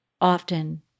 often